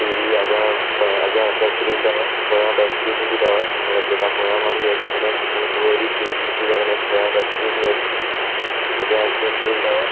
T V अॻियां ॿ अॻियां हिकु स्क्रीन अथव पोयां ॿ स्क्रीनूं बि अथव मतिलबु जेका पोयां माण्हू वेही सघंदा आहिनि उहे उहे बि स्क्रीन ॾिसी सघंदा आहिनि पोया ॿ स्क्रीनियूं आहिनि अॻियां हिकु स्क्रीन अथव